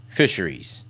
fisheries